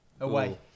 away